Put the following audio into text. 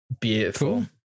Beautiful